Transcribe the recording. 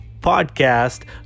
podcast